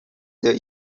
that